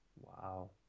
Wow